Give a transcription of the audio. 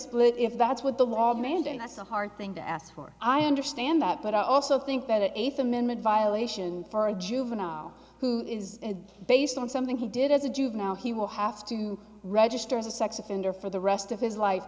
split if that's what the law made and that's a hard thing to ask for i understand that but i also think that eighth amendment violation for a juvenile who is based on something he did as a juvenile he will have to register as a sex offender for the rest of his life